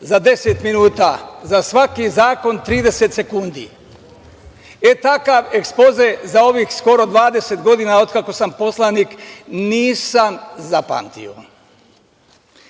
za 10 minuta, a za svaki zakon 30 sekundi.E takav ekspoze za ovih skoro 20 godina, od kako sam poslanik nisam zapamtio,